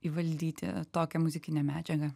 įvaldyti tokią muzikinę medžiagą